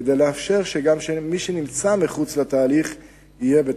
כדי לאפשר שגם מי שנמצא מחוץ לתהליך יהיה בתוכו.